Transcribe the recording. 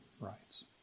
rights